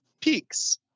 Peaks